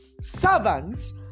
Servants